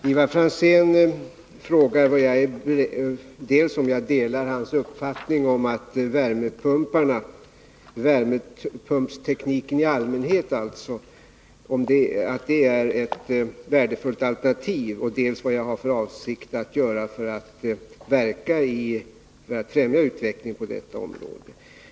Herr talman! Ivar Franzén frågade dels om jag delar hans uppfattning att värmepumpstekniken är ett värdefullt alternativ, dels vad jag i så fall har för avsikt att göra för att främja utvecklingen på detta område.